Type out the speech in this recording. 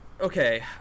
Okay